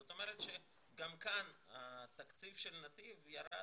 זאת אומרת שגם כאן התקציב של נתיב ירד